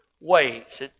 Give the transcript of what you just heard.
ways